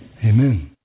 Amen